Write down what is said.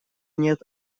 нет